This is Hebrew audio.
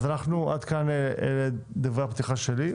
עד כאן דברי הפתיחה שלי.